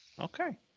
Okay